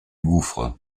gouffre